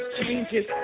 changes